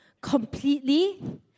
completely